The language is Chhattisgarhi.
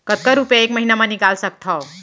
कतका रुपिया एक महीना म निकाल सकथव?